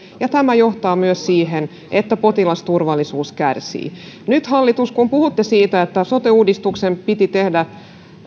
ja tämä johtaa myös siihen että potilasturvallisuus kärsii nyt hallitus kun puhutte siitä että sote uudistuksen piti tehdä